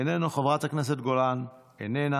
איננו, חברת הכנסת גולן, איננה.